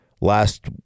last